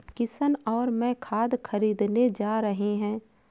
किशन और मैं खाद खरीदने जा रहे हैं